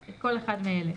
את כל אחד מאלה: